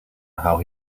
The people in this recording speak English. how